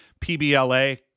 PBLA